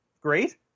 great